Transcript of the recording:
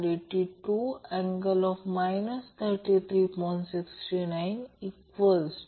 आता Z√R 2 Lω 1ω C 2 म्हणजे XL XC 2